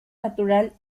natural